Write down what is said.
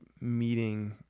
meeting